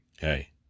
hey